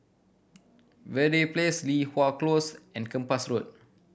Verde Place Li Hwan Close and Kempas Road